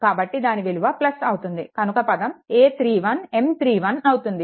కాబట్టి దాని విలువ అవుతుంది కనుక పదం a31M31 అవుతుంది